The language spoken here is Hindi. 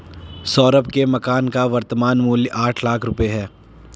सौरभ के मकान का वर्तमान मूल्य आठ लाख रुपये है